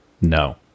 no